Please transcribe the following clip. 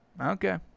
Okay